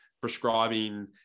prescribing